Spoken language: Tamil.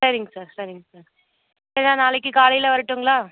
சரிங்க சார் சரிங்க சார் வேணும்ன்னா நாளைக்கு காலையில் வரட்டுங்களா